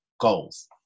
goals